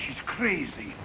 she's crazy